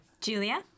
Julia